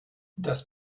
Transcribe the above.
das